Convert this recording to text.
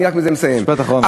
משפט אחרון, בבקשה.